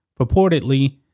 purportedly